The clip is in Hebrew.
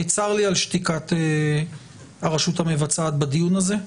צר לי על שתיקת הרשות המבצעת בדיון הזה.